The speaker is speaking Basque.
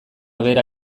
behera